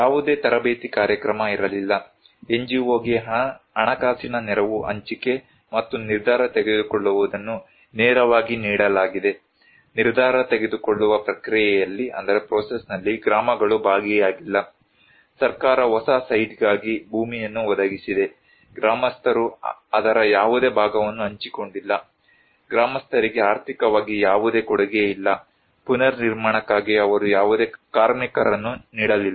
ಯಾವುದೇ ತರಬೇತಿ ಕಾರ್ಯಕ್ರಮ ಇರಲಿಲ್ಲ NGOಗೆ ಹಣಕಾಸಿನ ನೆರವು ಹಂಚಿಕೆ ಮತ್ತು ನಿರ್ಧಾರ ತೆಗೆದುಕೊಳ್ಳುವುದನ್ನು ನೇರವಾಗಿ ನೀಡಲಾಗಿದೆ ನಿರ್ಧಾರ ತೆಗೆದುಕೊಳ್ಳುವ ಪ್ರಕ್ರಿಯೆಯಲ್ಲಿ ಗ್ರಾಮಗಳು ಭಾಗಿಯಾಗಿಲ್ಲ ಸರ್ಕಾರ ಹೊಸ ಸೈಟ್ಗಾಗಿ ಭೂಮಿಯನ್ನು ಒದಗಿಸಿದೆ ಗ್ರಾಮಸ್ಥರು ಅದರ ಯಾವುದೇ ಭಾಗವನ್ನು ಹಂಚಿಕೊಂಡಿಲ್ಲ ಗ್ರಾಮಸ್ಥರಿಗೆ ಆರ್ಥಿಕವಾಗಿ ಯಾವುದೇ ಕೊಡುಗೆ ಇಲ್ಲ ಪುನರ್ನಿರ್ಮಾಣಕ್ಕಾಗಿ ಅವರು ಯಾವುದೇ ಕಾರ್ಮಿಕರನ್ನು ನೀಡಲಿಲ್ಲ